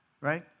Right